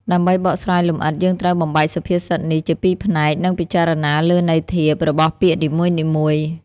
ដើម្បីបកស្រាយលម្អិត យើងត្រូវបំបែកសុភាសិតនេះជាពីរផ្នែក និងពិចារណាលើន័យធៀបរបស់ពាក្យនីមួយៗ។